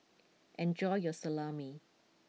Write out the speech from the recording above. enjoy your Salami